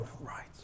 right